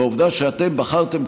והעובדה שאתם בחרתם,